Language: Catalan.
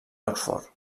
oxford